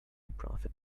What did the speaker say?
profit